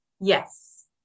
Yes